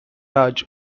raj